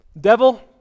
devil